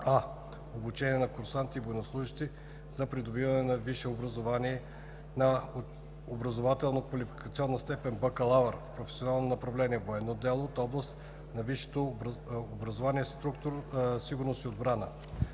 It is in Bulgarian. а) обучение на курсанти и военнослужещи за придобиване на висше образование на образователно-квалификационната степен „бакалавър“ в професионално направление „Военно дело“ от област на висшето образование „Сигурност и отбрана“